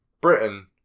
Britain